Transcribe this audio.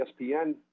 ESPN